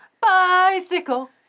Bicycle